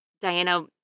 Diana